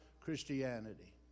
Christianity